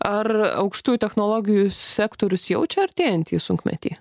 ar aukštųjų technologijų sektorius jaučia artėjantį sunkmetį